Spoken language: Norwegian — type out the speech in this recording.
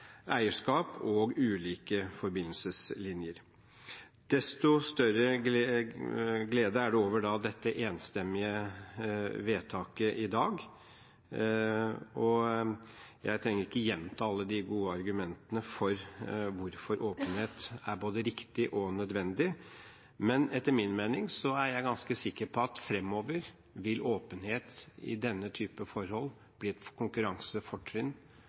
eierskap og ulike forbindelseslinjer. Desto større glede er det da over dette enstemmige vedtaket vi får i dag. Jeg trenger ikke gjenta alle de gode argumentene for hvorfor åpenhet er både riktig og nødvendig, men jeg er ganske sikker på at fremover vil åpenhet i denne typen forhold bli et konkurransefortrinn